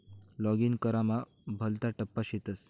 login करामा भलता टप्पा शेतस